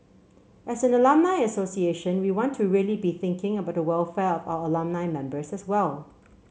as an alumni association we want to really be thinking about the welfare of our alumni members as well